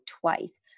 twice